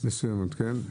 כן.